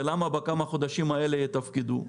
ולמה בכמה החודשים האלה יתפקדו.